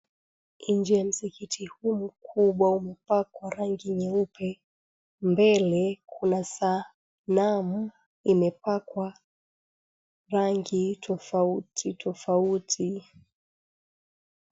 Nje ya msikiti huu mkubwa umepakwa rangi nyeupe. Mbele kuna sanamu imepakwa rangi tofauti tofauti.